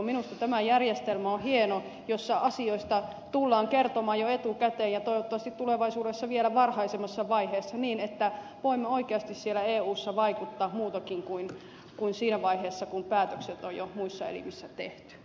minusta tämä järjestelmä on hieno jossa asioista tullaan kertomaan jo etukäteen ja toivottavasti tulevaisuudessa vielä varhaisemmassa vaiheessa niin että voimme oikeasti siellä eussa vaikuttaa muutenkin kuin siinä vaiheessa kun päätökset on jo muissa elimissä tehty